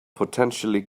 potentially